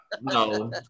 no